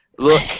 look